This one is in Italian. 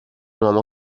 uomo